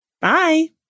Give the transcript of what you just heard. Bye